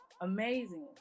amazing